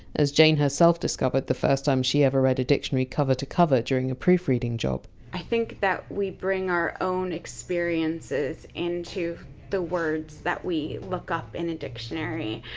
as jane herself discovered the first time she ever read a dictionary cover to cover, during a proofreading job i think that we bring our own experiences into the words that we look up in a dictionary,